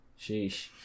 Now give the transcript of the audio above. sheesh